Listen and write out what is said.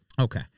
Okay